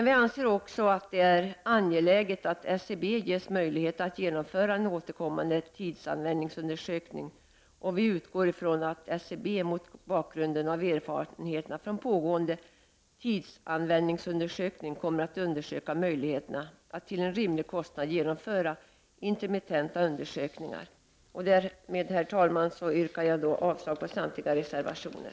Vi anser också att det är angeläget att SCB ges möjligheter att genomföra en återkommande tidsanvändningsundersökning, och vi utgår ifrån att SCB mot bakgrund av erfarenheter från pågående tidsanvändningsundersökning kommer att undersöka möjligheterna att till en rimlig kostnad genomföra intermittenta undersökningar. Herr talman! Därmed yrkar jag avslag på samtliga reservationer.